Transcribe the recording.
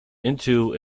into